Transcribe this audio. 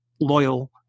loyal